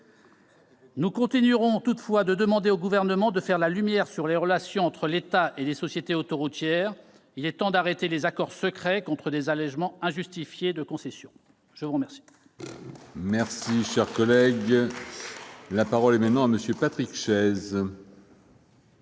Nous continuerons toutefois de demander au Gouvernement de faire la lumière sur les relations entre l'État et les sociétés autoroutières. Il est temps d'arrêter les accords secrets contre des allongements injustifiés de concession. La parole